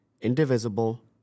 indivisible